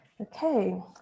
Okay